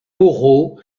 oraux